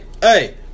hey